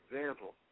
example